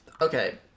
Okay